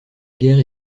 guerre